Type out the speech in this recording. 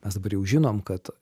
mes dabar jau žinom kad